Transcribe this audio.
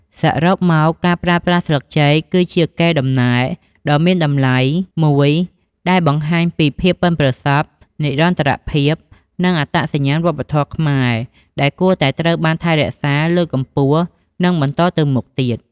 សរុបមក ការប្រើប្រាស់ស្លឹកចេក គឺជា កេរដំណែលដ៏មានតម្លៃ មួយដែលបង្ហាញពីភាពប៉ិនប្រសប់ និរន្តរភាព និងអត្តសញ្ញាណវប្បធម៌ខ្មែរ ដែលគួរតែត្រូវបានថែរក្សា លើកកម្ពស់ និងបន្តទៅមុខទៀត។